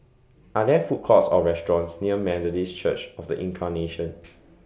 Are There Food Courts Or restaurants near Methodist Church of The Incarnation